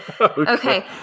Okay